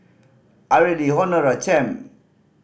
Areli Honora Champ